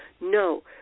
no